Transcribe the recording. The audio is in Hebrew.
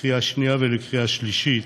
לקריאה שנייה ולקריאה שלישית,